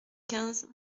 quinze